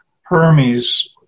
Hermes